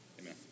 Amen